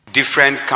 different